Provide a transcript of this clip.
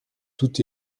tout